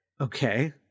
Okay